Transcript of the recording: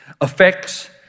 affects